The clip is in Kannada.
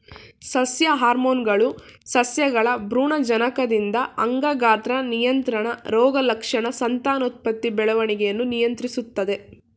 ಸಸ್ಯ ಹಾರ್ಮೋನ್ಗಳು ಸಸ್ಯಗಳ ಭ್ರೂಣಜನಕದಿಂದ ಅಂಗ ಗಾತ್ರ ನಿಯಂತ್ರಣ ರೋಗಲಕ್ಷಣ ಸಂತಾನೋತ್ಪತ್ತಿ ಬೆಳವಣಿಗೆಯನ್ನು ನಿಯಂತ್ರಿಸ್ತದೆ